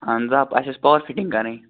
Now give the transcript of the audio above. اہن حظ آ اسی ٲس پاوَر فٹِنٛگ کَرنۍ